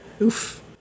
Oof